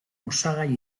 osagai